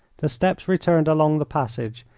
the steps returned along the passage,